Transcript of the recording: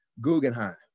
Guggenheim